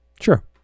Sure